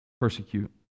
persecute